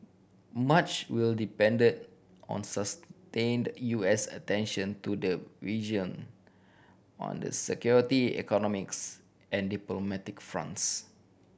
much will depended on sustained U S attention to the region on the security economics and diplomatic fronts